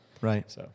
right